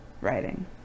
writing